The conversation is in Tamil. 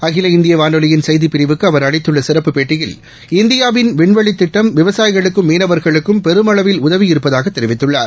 அகில இந்திய வானொலியின் செய்திப்பிரிவுக்கு அவர் அளித்துள்ள சிறப்பு பேட்டியில் இந்தியாவின் விண்வெளித் திட்டம் விவசாயிகளுக்கும் மீனவர்களுக்கும் பெருமளவில் உதவியிருப்பதாக தெரிவித்துள்ளார்